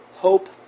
Hope